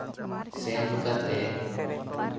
ᱥᱮᱱ ᱠᱟᱛᱮ